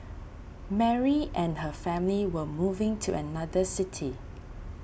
Mary and her family were moving to another city